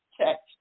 text